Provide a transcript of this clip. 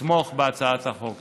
לתמוך בהצעת החוק.